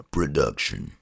Production